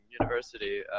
university